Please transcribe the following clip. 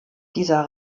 dieser